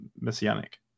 messianic